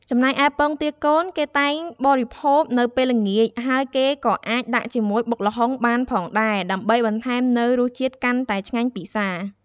ចំណែកឯ ពងទាកូន គេតែងបរិភោគនៅពេលល្ងាច ហើយគេក៏អាចដាក់ជាមួយនឹងបុកល្ហុងបានផងដែរ ដើម្បីបន្ថែមនៅរសជាតិកាន់តែឆ្ងាញ់ពិសារ។